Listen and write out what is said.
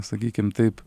sakykim taip